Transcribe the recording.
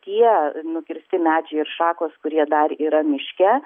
tie nukirsti medžiai ir šakos kurie dar yra miške